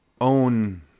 own